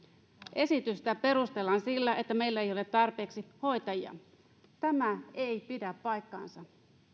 esitystä perustellaan sillä että meillä ei ole tarpeeksi hoitajia tämä ei pidä paikkaansa